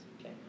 Okay